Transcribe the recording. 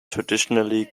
traditionally